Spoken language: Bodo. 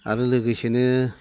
आरो लोगोसेनो